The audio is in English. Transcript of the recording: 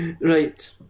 Right